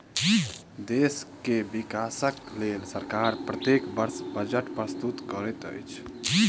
देश के विकासक लेल सरकार प्रत्येक वर्ष बजट प्रस्तुत करैत अछि